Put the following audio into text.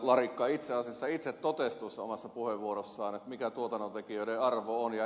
larikka itse asiassa itse totesi tuossa omassa puheenvuorossaan mikä tuotannontekijöiden arvo on